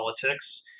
Politics